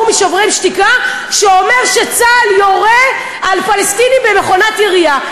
מ"שוברים שתיקה" שאומר שצה"ל יורה על פלסטינים במכונת ירייה.